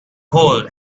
hole